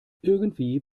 irgendwie